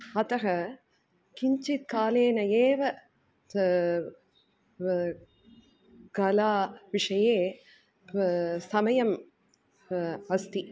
अतः किञ्चित् कालेन एव स कलाविषये व् समयः अस्ति